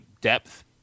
depth